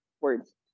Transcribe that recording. words